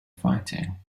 fighting